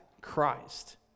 Christ